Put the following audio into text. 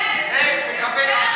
נתקבלה.